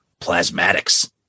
plasmatics